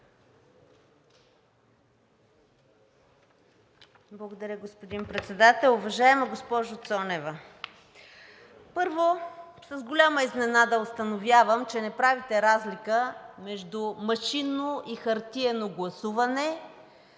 Благодаря, господин Председател. Уважаема госпожо Цонева, първо, с голяма изненада установявам, че не правите разлика между машинно и хартиено гласуване